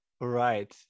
right